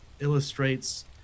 illustrates